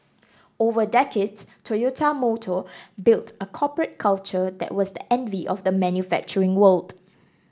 over decades Toyota Motor built a corporate culture that was the envy of the manufacturing world